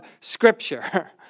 Scripture